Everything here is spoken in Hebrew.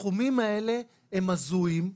הסכומים האלה הם הזויים.